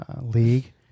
League